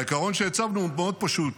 והעיקרון שהצבנו הוא מאוד פשוט: